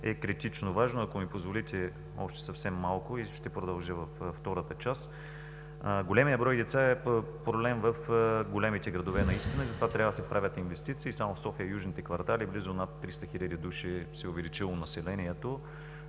е критично важна. Ако ми позволите още съвсем малко и ще продължа във втората част. Големият брой деца е проблем в големите градове наистина, затова трябва да се правят инвестиции. Само в южните квартали на София с близо над 300 хиляди души се е увеличило населението.